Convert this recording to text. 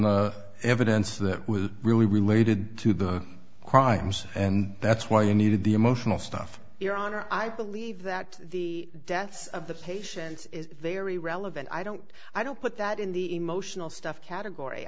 the evidence that will really related to the crimes and that's why you needed the emotional stuff your honor i believe that the deaths of the patients is very relevant i don't i don't put that in the emotional stuff category